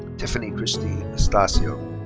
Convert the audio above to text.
tiffany christine astacio.